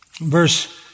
verse